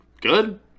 good